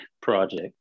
project